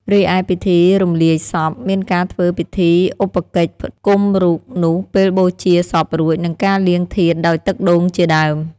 រិឯពិធីរំលាយសព មានការធ្វើពិធីឧបកិច្ចផ្តុំរូបនោះពេលបូជាសពរួច និងការលាងធាតុដោយទឹកដូងជាដើម។